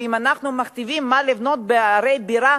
האם אנחנו מכתיבים מה לבנות בערי בירה